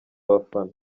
abafana